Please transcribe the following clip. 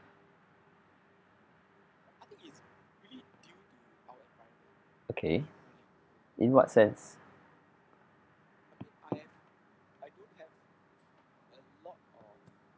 okay in what sense